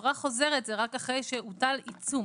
הפרה חוזרת היא רק אחרי שהוטל עיצום.